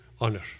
honor